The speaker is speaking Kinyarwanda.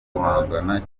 guhangana